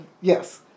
Yes